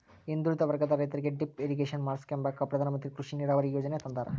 ಹಿಂದುಳಿದ ವರ್ಗದ ರೈತರಿಗೆ ಡಿಪ್ ಇರಿಗೇಷನ್ ಮಾಡಿಸ್ಕೆಂಬಕ ಪ್ರಧಾನಮಂತ್ರಿ ಕೃಷಿ ನೀರಾವರಿ ಯೀಜನೆ ತಂದಾರ